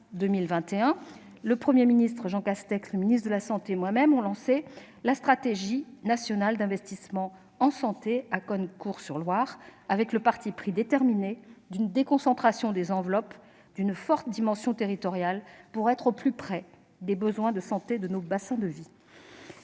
le Premier ministre, le ministre des solidarités et de la santé et moi-même avons lancé la stratégie nationale d'investissements en santé à Cosne-Cours-sur-Loire, avec le parti pris déterminé d'une déconcentration des enveloppes et d'une forte dimension territoriale, pour être au plus près des besoins en santé de nos bassins de vie.